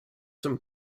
some